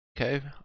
Okay